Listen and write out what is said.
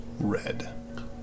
Red